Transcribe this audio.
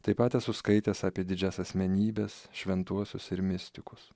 taip pat esu skaitęs apie didžias asmenybes šventuosius ir mistikus